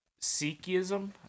Sikhism